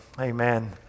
amen